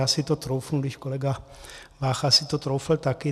Já si to troufnu, když kolega Vácha si to troufl taky.